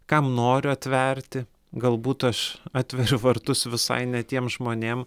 kam noriu atverti galbūt aš atveriu vartus visai ne tiem žmonėm